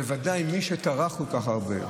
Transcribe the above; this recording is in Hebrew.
בוודאי מי שטרח כל כך הרבה,